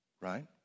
Right